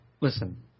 listen